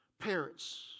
parents